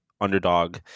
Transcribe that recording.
underdog